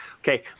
Okay